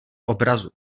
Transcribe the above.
obrazu